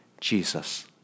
Jesus